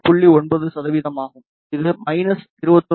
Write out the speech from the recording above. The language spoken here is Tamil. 9 சதவிகிதம் ஆகும் இது மைனஸ் 21